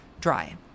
Dry